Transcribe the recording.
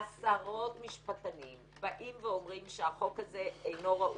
עשרות משפטנים באים ואומרים שהחוק הזה אינו ראוי.